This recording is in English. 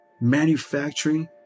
manufacturing